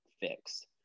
fixed